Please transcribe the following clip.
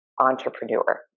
entrepreneur